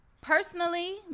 Personally